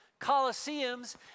Colosseums